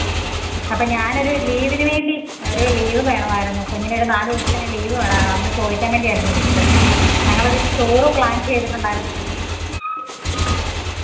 അപ്പോള് ഞാനൊരു ലീവിനുവേണ്ടി ഒരു ലീവ് വേണമായിരുന്നു കുഞ്ഞിന് ഒരു നാലു ദിവസത്തേന് ലീവ് വേണമായിരുന്നു അതൊന്നു ചോദിക്കാൻ വേണ്ടിയായിരുന്നു വിളിച്ചത് ഞങ്ങളൊരു ടൂർ പ്ലാൻ ചെയ്തിട്ടുണ്ടായിരുന്നു